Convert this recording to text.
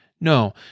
No